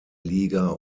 liga